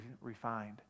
refined